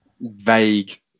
vague